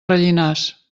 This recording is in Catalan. rellinars